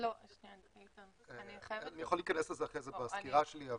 אני יכול להיכנס לזה אחרי זה בסקירה שלי.